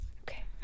Okay